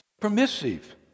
permissive